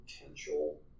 potential